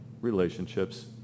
relationships